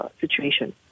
situation